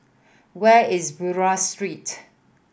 where is Buroh Street